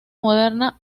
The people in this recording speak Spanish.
moderna